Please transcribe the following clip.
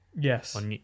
Yes